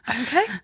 Okay